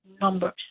numbers